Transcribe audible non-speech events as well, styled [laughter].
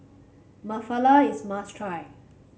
[unintelligible] is must try